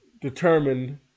determined